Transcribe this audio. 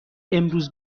امروز